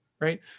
right